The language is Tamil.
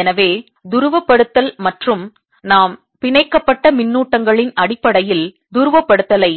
எனவே துருவப்படுத்தல் மற்றும் நாம் பிணைக்கப்பட்ட மின்னூட்டங்களின் அடிப்படையில் துருவப்படுத்தலை